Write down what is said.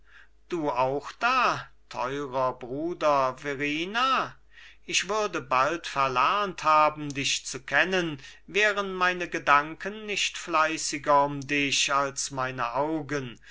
du auch da teurer bruder verrina ich würde bald verlernt haben dich zu kennen wären meine gedanken nicht fleißiger um dich als meine augen